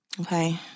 Okay